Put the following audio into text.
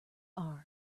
arms